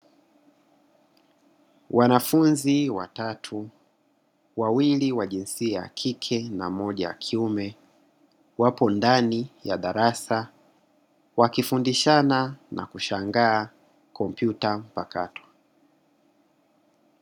Wanafunzi watatu wawili wa jinsia ya kike na mmoja wa kiume, wapo ndani ya darasa wakifundishana na kushangaa kompyuta mpakato.